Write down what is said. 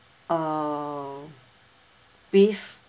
uh beef